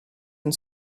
and